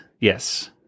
yes